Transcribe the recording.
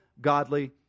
godly